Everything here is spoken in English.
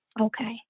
Okay